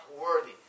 worthy